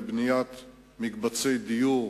לבניית מקבצי דיור,